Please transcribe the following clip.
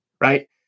right